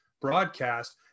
broadcast